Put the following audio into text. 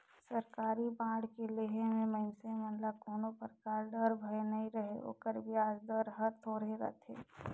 सरकारी बांड के लेहे मे मइनसे मन ल कोनो परकार डर, भय नइ रहें ओकर बियाज दर हर थोरहे रथे